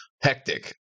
Hectic